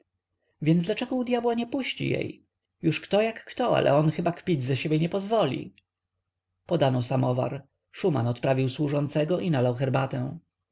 więc dlaczego u dyabła nie puści jej już kto jak kto ale chyba on kpić ze siebie nie pozwoli podano samowar szuman odprawił służącego i nalał herbatę